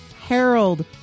harold